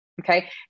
Okay